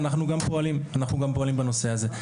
ואנחנו גם פועלים בנושא הזה.